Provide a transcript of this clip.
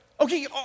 Okay